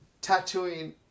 tattooing